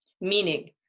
meaning